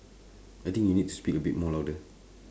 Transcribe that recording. I think you need to speak a bit more louder